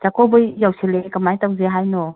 ꯆꯥꯛꯀꯧꯕ ꯌꯧꯁꯤꯜꯂꯛꯂꯦ ꯀꯃꯥꯏꯅ ꯇꯧꯁꯦ ꯍꯥꯏꯅꯣ